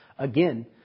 again